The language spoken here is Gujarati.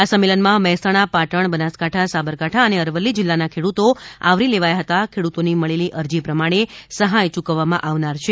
આ સંમેલનમાં મહેસાણાપાટણ બનાસકાંઠા સાબરાકાંઠા અને અરવલ્લી જિલ્લાના ખેડૂતો આવરી લેવાયા હતા ખેડૂતોની મળેલી અરજી પ્રમાણે સહાય યૂકવવામા આવનાર છે